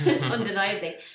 undeniably